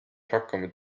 hakkame